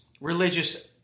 religious